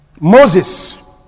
Moses